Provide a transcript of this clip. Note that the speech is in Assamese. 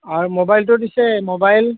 আৰু ম'বাইলটো দিছে ম'বাইল